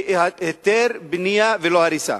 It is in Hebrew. והיתר בנייה ולא הריסה.